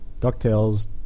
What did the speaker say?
DuckTales